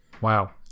Wow